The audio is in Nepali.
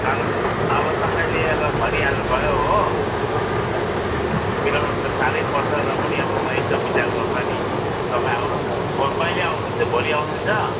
कालो नुनिया अब तपाईँले अब भनिहाल्नु भयो हो मिलाउनु त साह्रै पर्छ र पनि अब म यसो बिचार गरौँला नि तपाईँ आउनुहोस् न कहिले आउनुहुन्छ भोलि आउनुहुन्छ